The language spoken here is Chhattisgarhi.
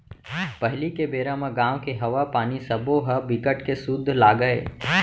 पहिली के बेरा म गाँव के हवा, पानी सबो ह बिकट के सुद्ध लागय